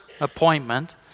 Appointment